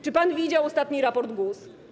Czy pan widział ostatni raport GUS?